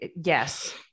Yes